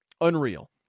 Unreal